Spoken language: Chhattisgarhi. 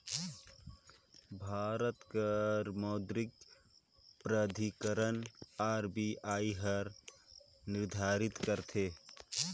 भारत कर मौद्रिक प्राधिकरन आर.बी.आई हर निरधारित करथे